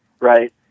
right